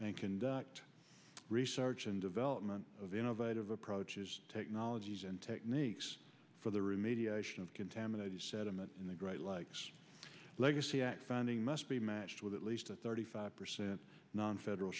and conduct research and development of innovative approaches technologies and techniques for the remediation of contaminated sediment in the great lakes legacy act funding must be matched with at least a thirty five percent nonfederal